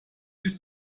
ist